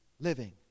living